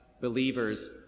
believers